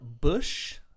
Bush